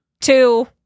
Two